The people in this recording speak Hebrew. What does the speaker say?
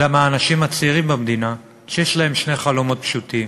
אלא מהאנשים הצעירים במדינה שיש להם שני חלומות פשוטים,